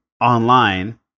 online